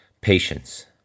Patience